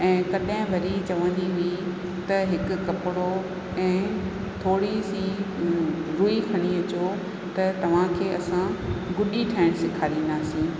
ऐं कॾहिं वरी चवंदी हुई त हिकु कपिड़ो ऐं थोरीसीं रुई खणी अचो त तव्हांखे असां गुॾी ठाहिण सेखारींदासीं